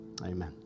Amen